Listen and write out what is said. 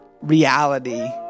reality